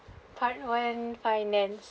part one finance